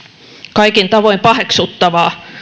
kaikin tavoin paheksuttavaa